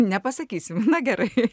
nepasakysim na gerai